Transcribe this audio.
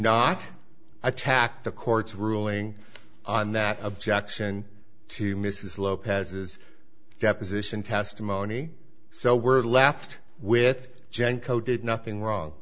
not attack the court's ruling on that objection to mrs lopez's deposition testimony so we're left with genco did nothing wrong